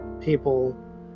people